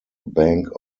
bank